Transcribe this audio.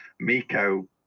Miko